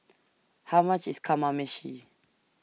How much IS Kamameshi